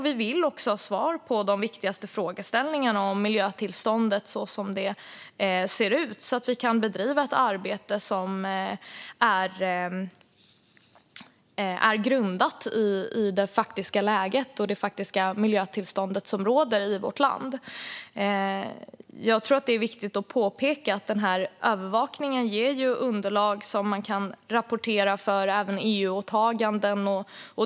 Vi vill också ha svar på de viktigaste frågeställningarna om tillståndet för miljön så som det ser ut i vårt land så att vi kan bedriva ett arbete som är grundat i det faktiska läget. Det är viktigt att påpeka att övervakningen ger underlag som man kan rapportera in även i EU-åtaganden.